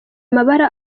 mabara